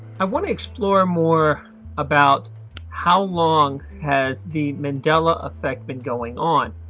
i want to explore more about how long has the mandela effect been going on?